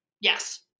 Yes